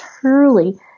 truly